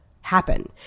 happen